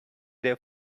their